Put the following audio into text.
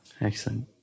Excellent